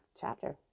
chapter